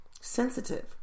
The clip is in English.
sensitive